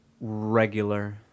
Regular